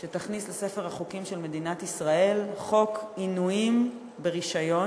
שיכניס לספר החוקים של מדינת ישראל חוק עינויים ברישיון.